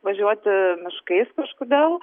važiuoti miškais kažkodėl